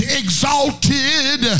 exalted